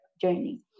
journey